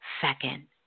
second